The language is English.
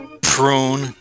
prune